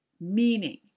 Meaning